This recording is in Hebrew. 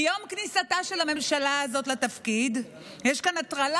מיום כניסתה של הממשלה הזאת לתפקיד יש כאן הטרלה